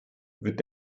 wird